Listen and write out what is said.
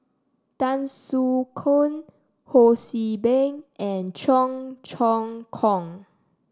Tan Soo Khoon Ho See Beng and Cheong Choong Kong